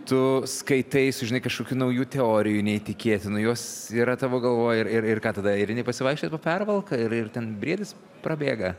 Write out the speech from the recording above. tu skaitai sužinai kažkokių naujų teorijų neįtikėtinų jos yra tavo galvoj ir ir ir ką tada ir eini pasivaikščiot po pervalką ir ir ten briedis prabėga